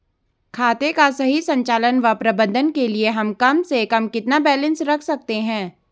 खाते का सही संचालन व प्रबंधन के लिए हम कम से कम कितना बैलेंस रख सकते हैं?